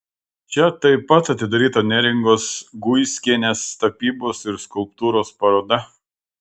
čia taip pat atidaryta neringos guiskienės tapybos ir skulptūros paroda